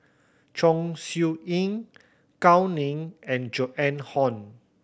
Chong Siew Ying Gao Ning and Joan Hon